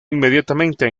inmediatamente